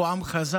אנחנו עם חזק,